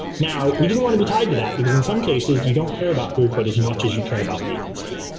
now, we didn't want to be tied to that, because in some cases you don't care about throughput as much as you care about latency.